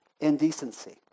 indecency